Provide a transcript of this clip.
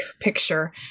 picture